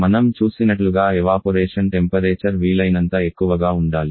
మనం చూసినట్లుగా evaporation temperature వీలైనంత ఎక్కువగా ఉండాలి